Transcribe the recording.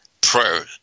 prayer